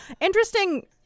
Interesting